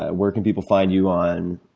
ah where can people find you on